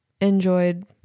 enjoyed